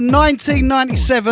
1997